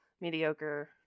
mediocre